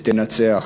ותנצח.